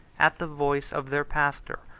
at the voice of their pastor,